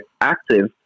active